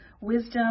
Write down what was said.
wisdom